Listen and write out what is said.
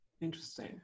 interesting